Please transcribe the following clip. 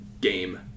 game